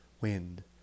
Wind